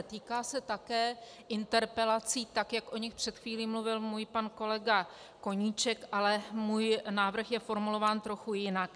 Týká se také interpelací, tak jak o nich před chvílí mluvil můj pan kolega Koníček, ale můj návrh je formulován trochu jinak.